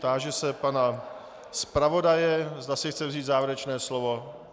Táži se pana zpravodaje, zda si chce vzít závěrečné slovo.